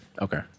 Okay